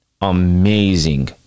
amazing